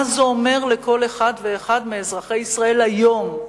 מה זה אומר לכל אחד ואחד מאזרחי ישראל היום,